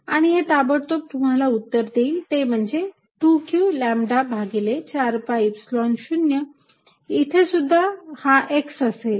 आणि हे ताबडतोब तुम्हाला उत्तर देईल ते म्हणजे 2 q लॅम्बडा भागिले 4 पाय ईप्सिलॉन 0 इथेसुद्धा हा x असेल